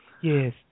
Yes